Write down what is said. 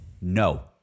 no